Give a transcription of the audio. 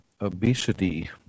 obesity